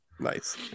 nice